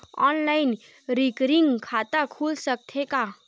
Online recurring खाता खुल सकथे का?